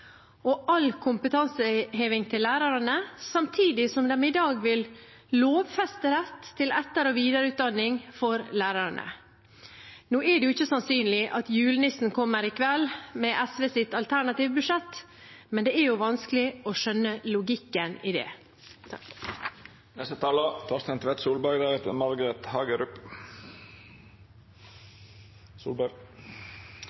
og all kompetanseheving til lærerne, samtidig som de i dag vil lovfeste rett til etter- og videreutdanning for lærerne. Nå er det jo ikke sannsynlig at julenissen kommer i kveld – med SVs alternative budsjett, men det er vanskelig å skjønne logikken i det.